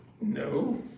No